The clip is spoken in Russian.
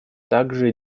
также